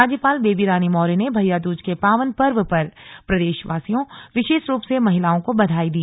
राज्यपाल बेबी रानी मौर्य ने भैयाद्रज के पावन पर्व पर प्रदेशवासियों विशेष रूप से महिलाओं को बधाई दी